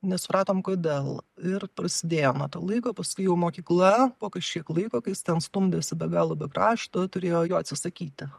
nesupratom kodėl ir prasidėjo nuo to laiko paskui jau mokykla po kažkiek laiko kai jis ten stumdėsi be galo be krašto turėjo jo atsisakyti